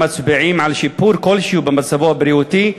מצביעים על שיפור כלשהו במצבו הבריאותי,